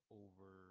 over